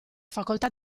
facoltà